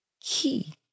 key